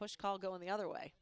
push call go in the other way